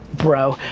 bro.